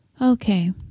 Okay